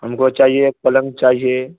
ہم کو چاہیے پلنگ چاہیے